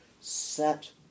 set